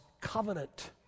covenant